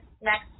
next